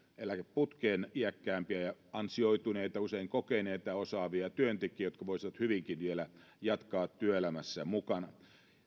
eläkeputkeen iäkkäämpiä ansioituneita usein kokeneita ja osaavia työntekijöitä jotka voisivat hyvinkin vielä jatkaa työelämässä mukana